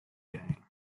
day